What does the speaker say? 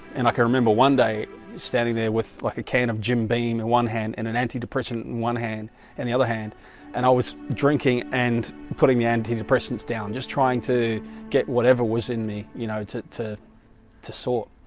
and i can remember one day standing there with like a can of jim beam in one hand and an antidepressant one hand and the other hand and i was? drinking and putting the antidepressants down just trying to get whatever, was in me you know to to to sort